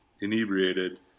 inebriated